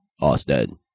Austin